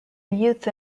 youth